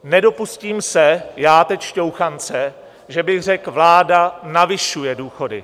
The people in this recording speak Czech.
Nedopustím se já teď šťouchance, že bych řekl, vláda navyšuje důchody.